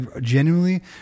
genuinely